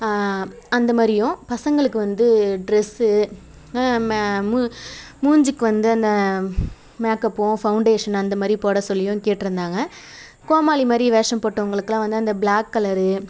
அந்த மாதிரியும் பசங்களுக்கு வந்து டிரஸ்ஸு ம மூ மூஞ்சிக்கு வந்து அந்த மேக்கப்பும் ஃபவுண்டேஷன் அந்த மாதிரி போட சொல்லியும் கேட்டிருந்தாங்க கோமாளி மாதிரி வேஷம் போட்டவர்களுக்குலாம் அந்த பிளாக் கலரு